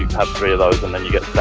have three of those and then you get